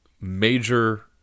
major